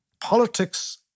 politics